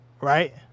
Right